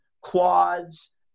quads